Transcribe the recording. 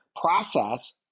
Process